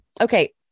Okay